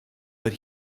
but